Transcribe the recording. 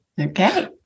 Okay